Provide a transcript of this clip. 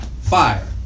Fire